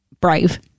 brave